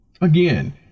again